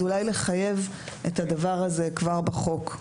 אולי לחייב את הדבר הזה כבר בחוק.